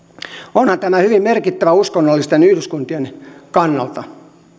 onhan tämä hyvin merkittävä uskonnollisten yhdyskuntien kannalta